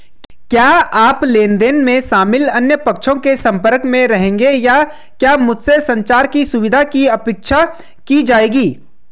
क्या आप लेन देन में शामिल अन्य पक्षों के संपर्क में रहेंगे या क्या मुझसे संचार की सुविधा की अपेक्षा की जाएगी?